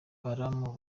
baramu